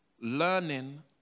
learning